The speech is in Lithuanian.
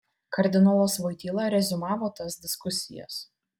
kardinolas voityla reziumavo tas diskusijas